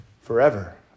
forever